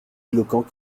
éloquent